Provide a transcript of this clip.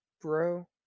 bro